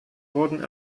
wurden